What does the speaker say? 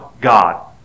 God